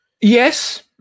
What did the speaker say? Yes